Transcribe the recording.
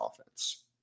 offense